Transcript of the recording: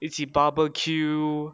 一起 barbecue